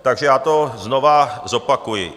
Takže já to znovu zopakuji.